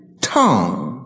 tongue